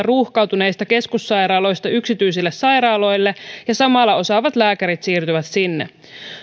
ruuhkautuneista keskussairaaloista yksityisille sairaaloille ja samalla osaavat lääkärit siirtyvät sinne